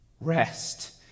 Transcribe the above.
Rest